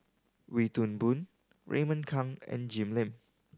Wee Toon Boon Raymond Kang and Jim Lim